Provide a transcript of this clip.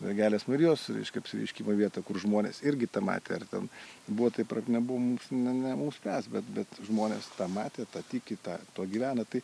mergelės marijos reiškia apsireiškimo vietą kur žmonės irgi tą matė ar ten buvo taip ar nebuvo mums ne mums spręst bet bet žmonės tą matė tą tiki tą tuo gyvena tai